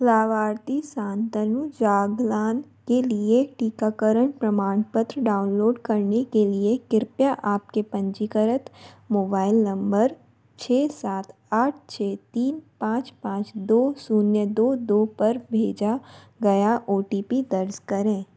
लाभार्थी शांतनु जागलान के लिए टीकाकरण प्रमाणपत्र डाउनलोड करने के लिए कृपया आपके पंजीकृत मोबाइल नम्बर छः सात आठ छः तीन पाँच पाँच दो शून्य दो दो पर भेजा गया ओ टी पी दर्ज करें